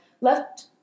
left